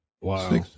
Wow